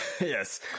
yes